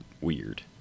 weird